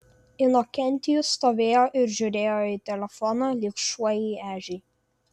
inokentijus stovėjo ir žiūrėjo į telefoną lyg šuo į ežį